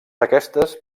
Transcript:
aquestes